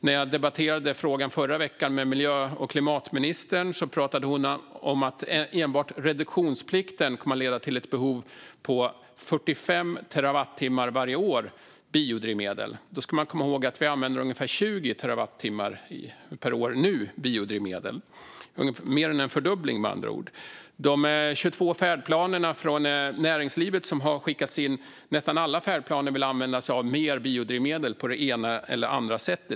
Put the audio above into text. När jag förra veckan debatterade frågan med miljö och klimatministern pratade hon om att enbart reduktionsplikten kommer att leda till ett behov av 45 terawattimmar biodrivmedel varje år. Man ska då komma ihåg att vi nu använder ungefär 20 terawattimmar biodrivmedel per år. Det handlar med andra ord om mer än en fördubbling. Näringslivet har skickat in 22 färdplaner, och i nästan alla av dem vill man använda sig av mer biodrivmedel på det ena eller andra sättet.